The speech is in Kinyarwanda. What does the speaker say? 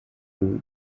ubu